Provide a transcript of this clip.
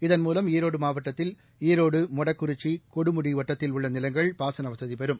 இதன் மூலம் ஈரோடு மாவட்டத்தில் ஈரோடு மொடக்குறிச்சி கொடுமுடி வட்டத்தில் உள்ள நிலங்கள் பாசன வசதிபெறும்